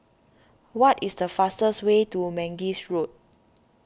what is the fastest way to Mangis Road